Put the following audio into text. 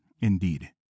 indeed